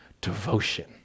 devotion